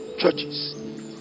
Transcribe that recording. churches